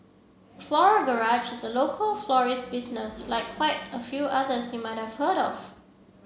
Floral Garage is a local florist business like quite a few others you might have heard of